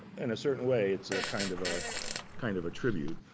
and a certain way, it's a kind of a kind of a tribute.